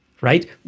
right